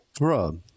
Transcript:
Rob